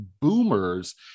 boomers